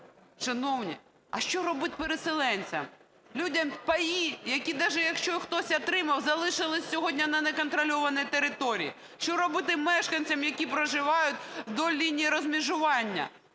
Шановні, а що робити переселенцям, людям, паї, які даже якщо хтось і отримав, залишились сьогодні на неконтрольованій території? Що робити мешканцям, які проживають вдоль лінії розмежування?